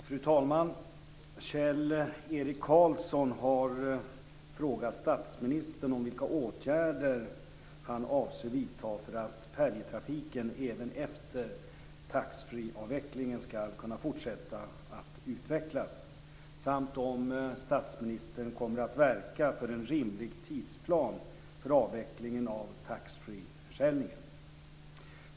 Fru talman! Kjell-Erik Karlsson har frågat statsministern om vilka åtgärder han avser vidta för att färjetrafiken även efter taxfreeavvecklingen skall kunna fortsätta att utvecklas samt om statsministern kommer att verka för en rimlig tidsplan för avvecklingen av taxfreeförsäljningen.